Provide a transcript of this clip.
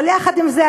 אבל יחד עם זה,